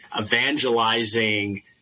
evangelizing